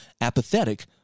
apathetic